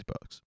bucks